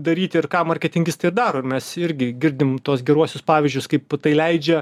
daryti ir ką marketingistai ir daro mes irgi girdime tuos geruosius pavyzdžius kaip tai leidžia